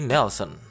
Nelson